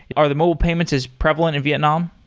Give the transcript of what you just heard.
are the mobile payments as prevalent in vietnam?